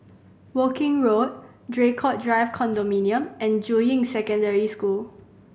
Woking Road Draycott Drive Condominium and Juying Secondary School